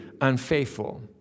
unfaithful